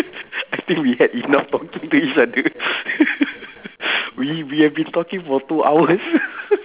I think we had enough talking to each other we we have been talking for two hours